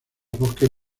bosques